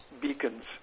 beacons